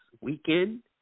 weekend